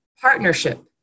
partnership